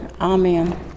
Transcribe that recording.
Amen